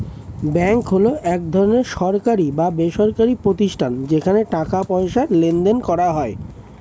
bank হলো এক ধরনের সরকারি বা বেসরকারি প্রতিষ্ঠান যেখানে টাকা পয়সার লেনদেন করা যায়